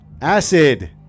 Acid